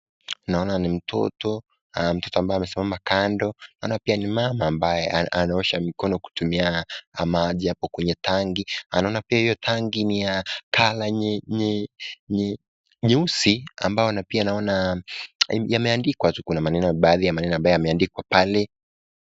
Naona ni mtoto mtoto ambaye amesimama kando naona pia ni mama anaosha mikono kutumia maji yapo kwnye tangi, naona pia hiyo tangi ni ya colour nyeusi ambao pia naona yameandikwa kuna baadhi ya maneno ambaye yameandikwa pale